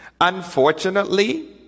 Unfortunately